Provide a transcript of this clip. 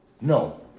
No